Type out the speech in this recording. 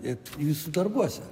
ir jūsų darbuose